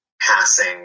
passing